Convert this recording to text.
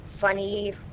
funny